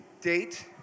date